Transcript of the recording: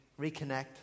reconnect